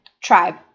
Tribe